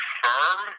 firm